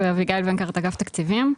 אביגיל ונקרט, אגף תקציבים.